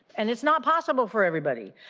and it's not possible for everybody.